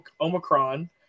Omicron